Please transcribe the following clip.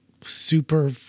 super